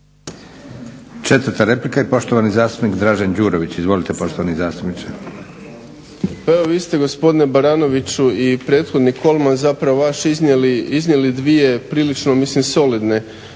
Četvrta replika i poštovani zastupnik Dražen Đurović. Izvolite poštovani zastupniče. **Đurović, Dražen (HDSSB)** Pa evo vi ste gospodine Baranoviću i prethodnik Kolman zapravo vaš iznijeli dvije prilično mislim